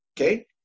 Okay